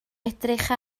edrych